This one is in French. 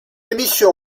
émission